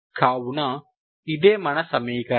కావున ఇదే మన సమీకరణం